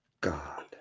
God